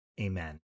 Amen